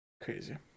Crazy